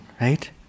right